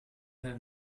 have